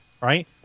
right